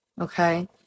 okay